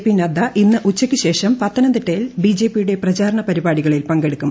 P Nadda ഇന്ന് ഉച്ചയ്ക്കുശേഷം പത്തനംതിട്ടയിൽ ബിജെപിയുടെ പ്രചാരണ പരിപാടികളിൽ പങ്കെടുക്കും